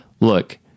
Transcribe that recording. look